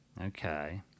Okay